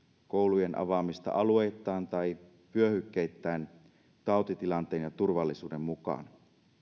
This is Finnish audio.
koulujen avaamista alueittain tai vyöhykkeittäin tautitilanteen ja turvallisuuden mukaan